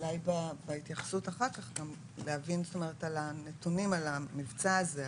אולי בהתייחסות אחר כך גם להבין את הנתונים על המבצע הזה,